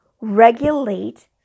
regulate